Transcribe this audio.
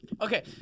okay